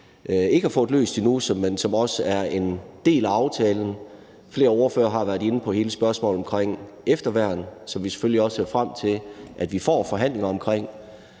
ikke har fået løst endnu, men som også er en del af aftalen. Flere ordførere har været inde på hele spørgsmålet om efterværn, som vi selvfølgelig også ser frem til at vi får forhandlinger om, og